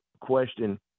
question